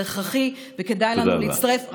זה הכרחי, וכדאי לנו להצטרף.